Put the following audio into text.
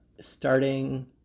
starting